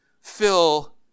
fill